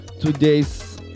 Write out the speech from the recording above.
Today's